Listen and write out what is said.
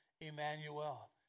Emmanuel